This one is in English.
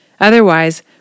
Otherwise